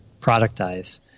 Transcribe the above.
productize